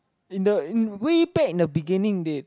in the in way back in the beginning they